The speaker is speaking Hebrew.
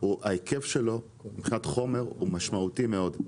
ההיקף שלו מבחינת חומר הוא משמעותי מאוד.